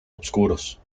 oscuros